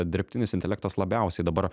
dirbtinis intelektas labiausiai dabar